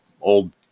old